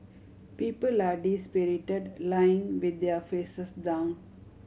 people are dispirited lying with their faces down